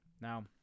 Now